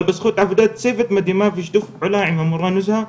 אבל בזכות עבודת צוות מדהימה ושיתוף פעולה עם המורה נוזהה,